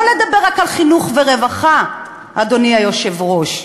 לא לדבר רק על חינוך ורווחה, אדוני היושב-ראש,